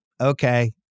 Okay